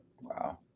Wow